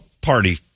party